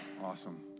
Awesome